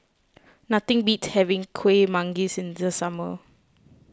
nothing beats having Kuih Manggis in the summer